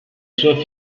sua